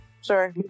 sorry